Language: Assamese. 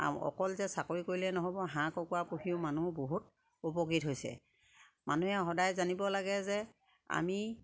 অকল যে চাকৰি কৰিলেই নহ'ব হাঁহ কুকুৰা পুহিও মানুহ বহুত উপকৃত হৈছে মানুহে সদায় জানিব লাগে যে আমি